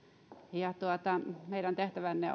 ja meidän tehtävämme